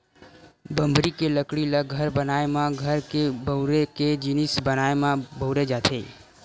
बमरी के लकड़ी ल घर बनाए म, घर के बउरे के जिनिस बनाए म बउरे जाथे